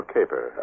Caper